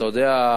אתה יודע,